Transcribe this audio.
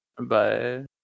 Bye